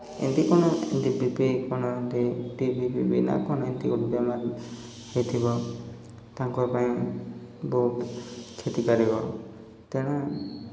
ଏମିତି କ'ଣ ଏମିତି ବି ପି କ'ଣ ଏମିତି ବି ପି ନା କ'ଣ ଏମିତି ଗୋଟେ ବେମାର ହୋଇଥିବ ତାଙ୍କ ପାଇଁ ବହୁତ କ୍ଷତିକାରକ ତେଣୁ